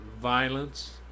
violence